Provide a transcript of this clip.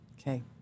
Okay